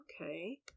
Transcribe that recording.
Okay